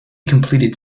completed